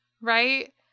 right